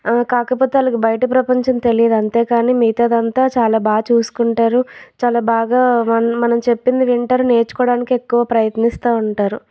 కాకపోతే వాళ్ళకు బయట ప్రపంచం తెలియదు అంతేకాని మిగతాదంతా చాలా బాగా చూసుకుంటారు చాలా బాగా మనం మనం చెప్పింది వింటారు నేర్చుకోడానికి ఎక్కువ ప్రయత్నిస్తూ ఉంటారు